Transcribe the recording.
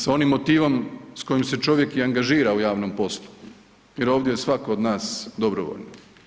S onim motivom s kojim se čovjek i angažira u javnom poslu jer ovdje je svatko od nas dobrovoljno.